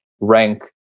rank